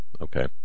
okay